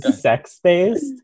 sex-based